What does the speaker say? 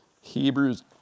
Hebrews